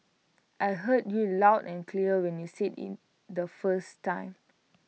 I heard you loud and clear when you said IT the first time